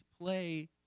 play